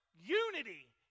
unity